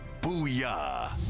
Booyah